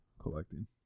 collecting